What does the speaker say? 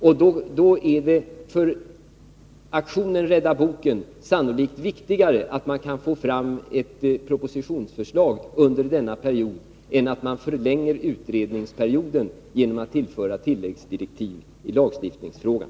Då är det för aktionen Rädda boken sannolikt viktigare att man kan få fram ett propositionsförslag under denna period än att man förlänger utredningstiden genom att ge tilläggsdirektiv i lagstiftningsfrågan.